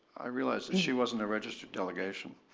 i realize that she wasn't a registered delegation.